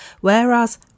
Whereas